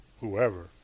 whoever